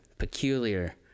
peculiar